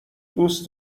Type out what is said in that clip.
دوست